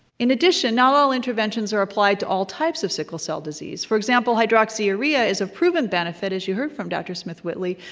in addition, not all interventions are applied to all types of sickle cell disease. for example, hydroxyurea is a proven benefit, as you heard from dr. smith-whitley,